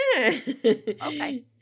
Okay